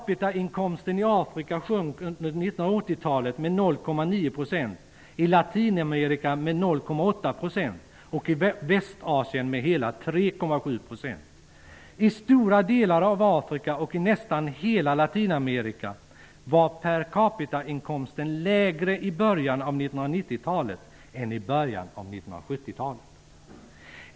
Per capita-inkomsten i Latinamerika var per capita-inkomsten lägre i början av 1990-talet än i början av 1970-talet.